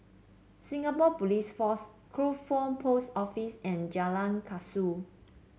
Singapore Police Force Crawford Post Office and Jalan Kasau